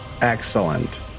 Excellent